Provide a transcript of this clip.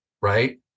right